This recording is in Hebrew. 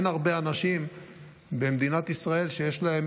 אין הרבה אנשים במדינת ישראל שיש להם,